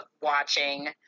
watching